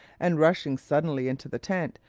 and rushing suddenly into the tent,